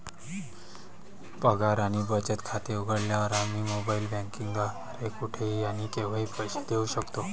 पगार आणि बचत खाते उघडल्यावर, आम्ही मोबाइल बँकिंग द्वारे कुठेही आणि केव्हाही पैसे देऊ शकतो